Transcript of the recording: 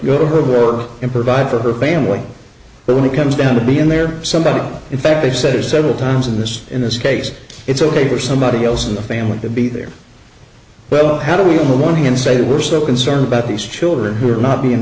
go to her work and provide for her family but when it comes down to be in there somebody in fact they said it several times in this in this case it's ok for somebody else in the family to be there well how do we know one thing and say we're so concerned about these children who are not be in